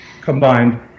combined